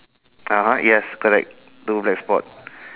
(uh huh) yes correct two black spot